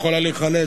יכולה להיחלש,